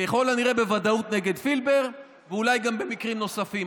ככל הנראה בוודאות נגד פילבר ואולי גם במקרים נוספים.